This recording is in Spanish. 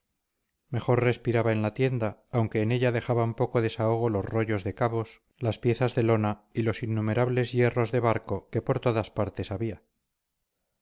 mejor respiraba en la tienda aunque en ella dejaban poco desahogo los rollos de cabos las piezas de lona y los innumerables hierros de barco que por todas partes había